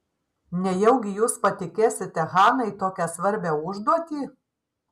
nejaugi jūs patikėsite hanai tokią svarbią užduotį